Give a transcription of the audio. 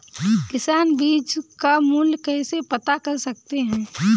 किसान बीज का मूल्य कैसे पता कर सकते हैं?